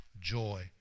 joy